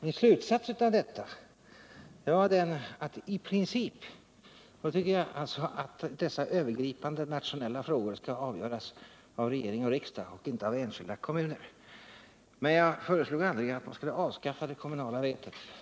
Min slutsats av detta var den, att i princip bör dessa övergripande nationella frågor avgöras av regering och riksdag och inte av enskilda kommuner. Men jag föreslog aldrig att man skulle avskaffa det kommunala vetot.